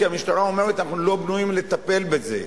כי המשטרה אומרת: אנחנו לא בנויים לטפל בזה.